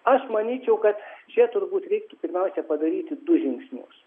aš manyčiau kad čia turbūt reiktų pirmiausia padaryti du žingsnius